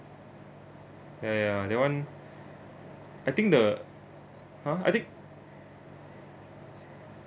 ya ya that one I think the !huh! I think